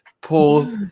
paul